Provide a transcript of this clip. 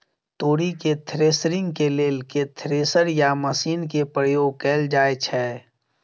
तोरी केँ थ्रेसरिंग केँ लेल केँ थ्रेसर या मशीन केँ प्रयोग कैल जाएँ छैय?